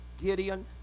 Gideon